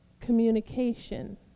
communication